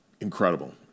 incredible